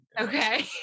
Okay